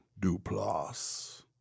duplass